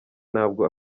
ntabwo